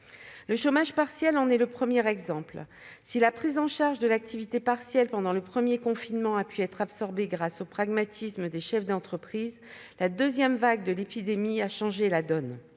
Le chômage partiel en est le premier exemple. Si la prise en charge de l'activité partielle pendant le premier confinement a pu être absorbée grâce au pragmatisme des chefs d'entreprise, la deuxième vague de l'épidémie a changé la donne.